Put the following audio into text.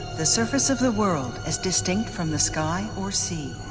the surface of the world as distinct from the sky or sea.